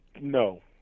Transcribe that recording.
No